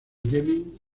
yemen